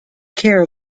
care